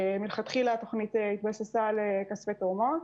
מלכתחילה התוכנית התבססה על כספי תרומות